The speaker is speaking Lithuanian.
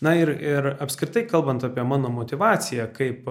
na ir ir apskritai kalbant apie mano motyvaciją kaip